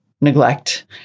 neglect